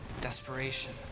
desperation